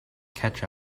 catch